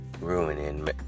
ruining